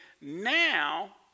Now